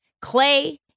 Clay